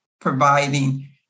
providing